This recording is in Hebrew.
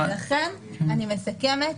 ולכן אני מסכמת,